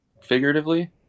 figuratively